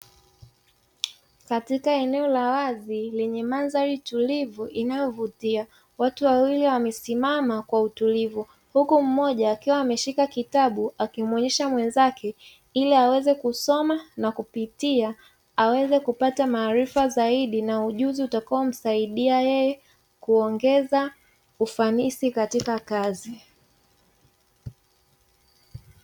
Katika eneo la wazi lenye mandhari tulivu inayovutia, watu wawili wamesimama kwa utulivu, huku mmoja akiwa ameshika kitabu akimuonesha mwenzake ili aweze kusoma na kupitia, aweze kupata maarifa zaidi na ujuzi utakaomsaidia yeye kuongeza ufanisi katika kazi.